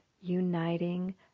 uniting